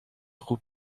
goed